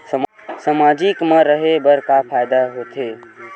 सामाजिक मा रहे बार का फ़ायदा होथे?